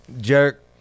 Jerk